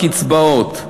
בקצבאות.